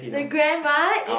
the grandma is